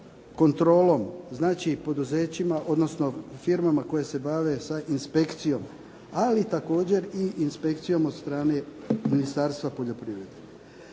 kontrolom, znači poduzećima odnosno firmama koje se bave inspekcijom ali također i inspekcijom od strane Ministarstva poljoprivrede.